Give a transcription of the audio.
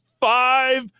five